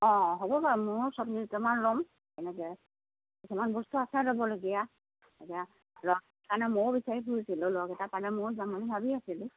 অঁ অঁ হ'ব বাৰু মই চবজি দুটামান ল'ম এনেকৈ কিছুমান বস্তু আছে ল'বলগীয়া এতিয়া লগ এটা কাৰণে মইও বুচাৰি ফুৰিছিলোঁ লগ এটা পালে মইও যাম বুলি ভাবি আছিলোঁ